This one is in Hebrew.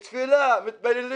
תפילה, אנחנו מתפללים.